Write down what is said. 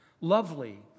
Lovely